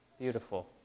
beautiful